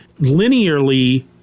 linearly